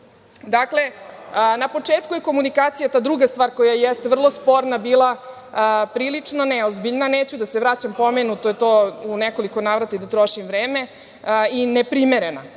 na početku je komunikacija, ta druga stvar koja jeste vrlo sporna, bila prilično neozbiljna, neću da se vraćam, pomenuto je to u nekoliko navrata i da trošim vreme, i neprimerena,